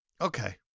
Okay